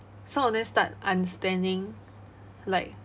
some of them start unstanning like